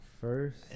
first